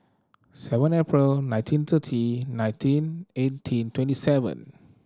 seven April nineteen thirty nineteen eighteen twenty seven